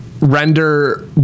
render